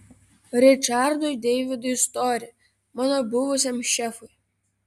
ričardui deividui stori mano buvusiam šefui